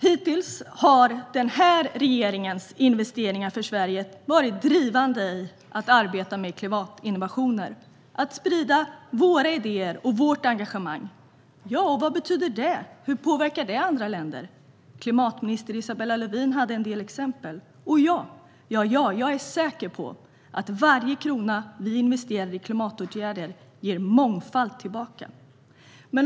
Hittills har regeringens investeringar för Sverige varit drivande i att arbeta med klimatinnovationer - i att sprida våra idéer och vårt engagemang. Vad betyder då det, och hur påverkar det andra länder? Klimatminister Isabella Lövin hade en del exempel, och själv är jag säker på att varje krona vi investerar i klimatåtgärder ger mångfalt tillbaka.